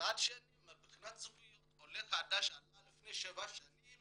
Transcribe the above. מצד שני בנושא זוגיות עולה חדש עלה לפני שבע שנים